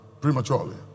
prematurely